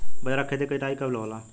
बजरा के खेती के कटाई कब होला?